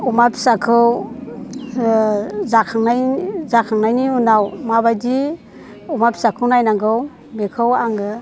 अमा फिसाखौ जाखांनाय जाखांनायनि उनाव माबादि अमा फिसाखौ नायनांगौ बेखौ आंङो